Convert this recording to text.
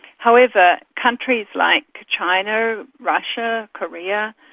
however, countries like china, russia, korea,